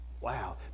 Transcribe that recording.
Wow